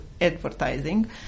advertising